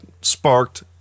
sparked